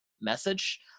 message